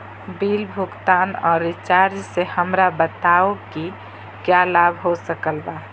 Bill भुगतान और recharge से हमरा बताओ कि क्या लाभ हो सकल बा?